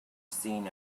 seen